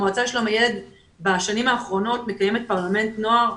המועצה לשלום הילד בשנים האחרונות מקיימת פרלמנט נוער,